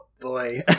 boy